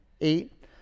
eight